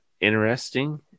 interesting